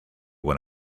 what